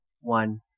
one